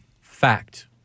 fact